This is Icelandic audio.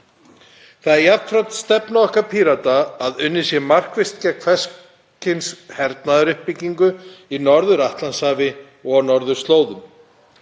Það er jafnframt stefna okkar Pírata að unnið sé markvisst gegn hvers kyns hernaðaruppbyggingu í Norður-Atlantshafi og á norðurslóðum.